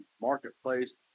marketplace